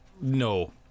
No